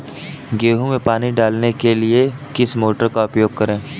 गेहूँ में पानी डालने के लिए किस मोटर का उपयोग करें?